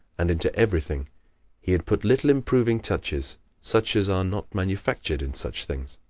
and into everything he had put little improving touches such as are not manufactured in such things.